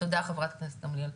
תודה, חברת הכנסת גמליאל.